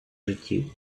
житті